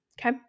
Okay